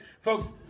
folks